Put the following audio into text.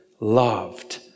Loved